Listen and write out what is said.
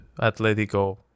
Atletico